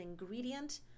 ingredient